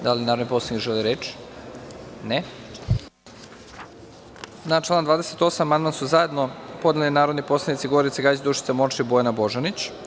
Da li narodni poslanik želi reč? (Ne) Na člana 28. amandman su zajedno podneli narodni poslanici Gorica Gajić, Dušica Morčev i Bojana Božanić.